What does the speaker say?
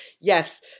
yes